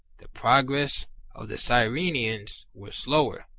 the progress of the cyrenians was slower,